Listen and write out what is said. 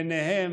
ובהם,